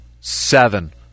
seven